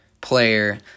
player